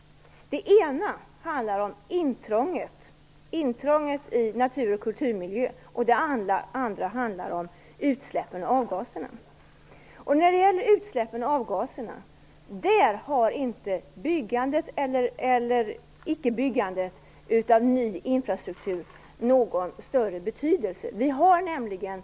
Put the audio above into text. Den ena handlar om intrånget i natur och kulturmiljön. Den andra handlar om utsläppen av avgaser. Byggandet eller icke-byggande av ny infrastruktur har inte någon större betydelse för avgasutsläppen.